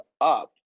Up